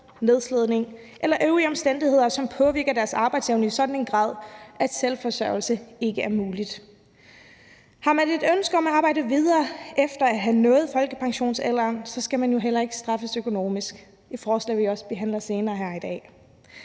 nedslidning eller øvrige omstændigheder, som påvirker deres arbejdsevne i sådan en grad, at selvforsørgelse ikke er mulig. Har man et ønske om at arbejde videre efter at have nået folkepensionsalderen, skal man heller ikke straffes økonomisk. Det indgår også i et forslag,